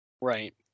Right